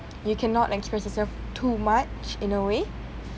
you cannot express yourself too much in a way